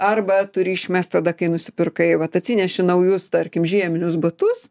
arba turi išmest tada kai nusipirkai vat atsineši naujus tarkim žieminius batus